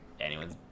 anyone's